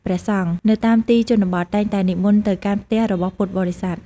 ព្រះសង្ឃនៅតាមទីជនបទតែងតែនិមន្តទៅកាន់ផ្ទះរបស់ពុទ្ធបរិស័ទ។